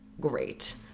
great